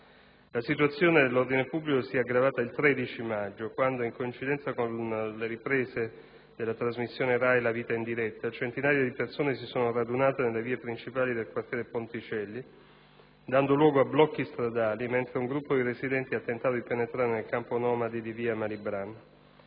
La situazione dell'ordine pubblico si è aggravata il 13 maggio quando, in coincidenza con le riprese della trasmissione RAI «La vita in diretta», centinaia di persone si sono radunate nelle vie principali del quartiere Ponticelli dando luogo a blocchi stradali, mentre un gruppo di residenti ha tentato di penetrare nel campo nomadi di via Malibran.